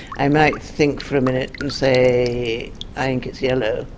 i might think for a minute and say i think it's yellow,